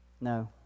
No